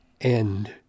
end